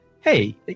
hey